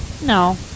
No